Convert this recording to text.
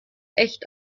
echt